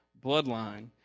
bloodline